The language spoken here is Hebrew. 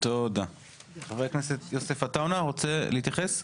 חבר הכנסת יוסף עטאונה, אתה מבקש להתייחס?